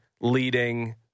leading